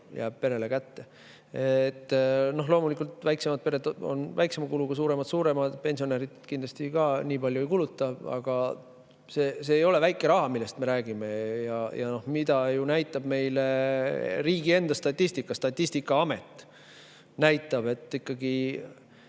jääb perele [rohkem] kätte. Loomulikult, väiksemad pered on väiksema kuluga, suuremad suuremaga, pensionärid kindlasti ka nii palju ei kuluta, aga see ei ole väike raha, millest me räägime. Mida näitab meile riigi statistika? Statistikaameti [andmed]